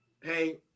hey